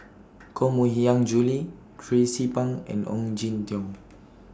Koh Mui Hiang Julie Tracie Pang and Ong Jin Teong